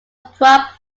prop